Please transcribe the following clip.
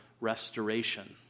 restoration